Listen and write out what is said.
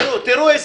תראו,